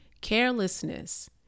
carelessness